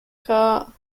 court